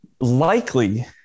Likely